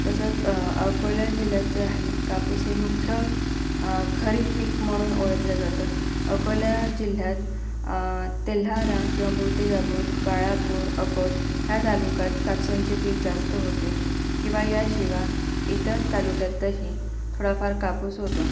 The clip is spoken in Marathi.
तसंच अकोल्या जिल्ह्याचं हे कापूस हे मुख्य खरीप पीक म्हणून ओळखल्या जातं अकोल्या जिल्ह्यात तेल्हारा किवा मुर्तिजापूर बाळापूर अकोट ह्या तालुक्यात कापसाचे पीक जास्त होते किंवा याशिवाय इतर तालुक्यातही थोडाफार कापूस होतो